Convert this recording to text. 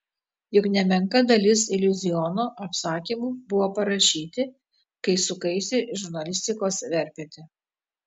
juk nemenka dalis iliuziono apsakymų buvo parašyti kai sukaisi žurnalistikos verpete